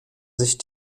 sich